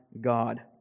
God